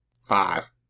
Five